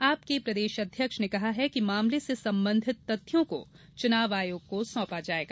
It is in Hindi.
आप पार्टी के प्रदेश अध्यक्ष ने कहा कि मामले से संबंधित तथ्यों को चुनाव आयोग को सौंपा जायेगा